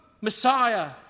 Messiah